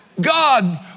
God